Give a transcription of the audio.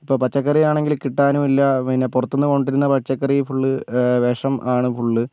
ഇപ്പം പച്ചക്കറിയാണെങ്കിൽ കിട്ടാനും ഇല്ല പിന്നെ പുറത്ത് നിന്ന് കൊണ്ടുവരുന്ന പച്ചക്കറി ഫുള്ള് വിഷം ആണ് ഫുള്ള്